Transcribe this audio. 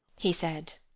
he said.